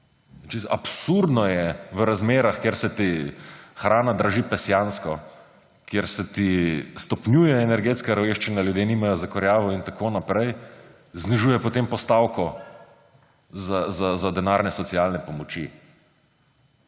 Absurdno je, da se v razmerah, kjer se ti hrana pesjansko draži, kjer se ti stopnjuje energetska revščina, ljudje nimajo za kurjavo in tako naprej, znižuje potem postavko za denarne socialne pomoči.